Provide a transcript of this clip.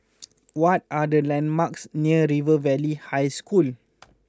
what are the landmarks near River Valley High School